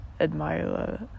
admire